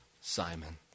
Simon